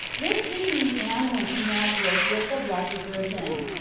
this evening anne went to nazareth with the blessed virgin.